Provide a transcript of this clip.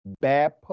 bad